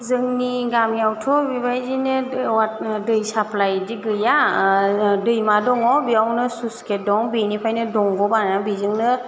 जोंनि गामियावथ' बिबायदिनो दै साफ्लाइ इदि गैया दैमा दङ बेयावनो सुचगेट दं बेनिफ्रायनो दंग' बानायनानै बेजोंनो